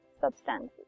substances